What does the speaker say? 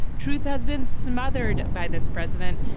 truth has been smothered by this president.